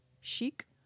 chic